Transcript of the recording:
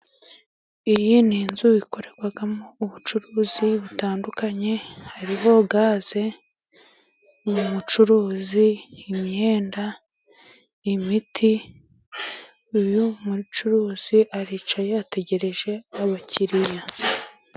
Iyi ni inzu ikorerwamo ubucuruzi butandukanye, hariho gaze, umucuruzi, imyenda, imiti, uyu mucuruzi aricaye ategereje abakiriya.